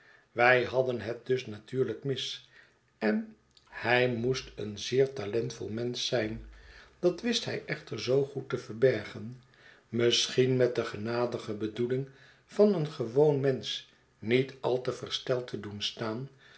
wij hadden het dus natuurlijk mis en hij moest een zeer talentvol mensch zijn dat wist hij echter zoo goed te verbergen misschien met de genadige bedoeling van een gewoon mensch niet al te versteld te doen staan